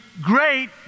great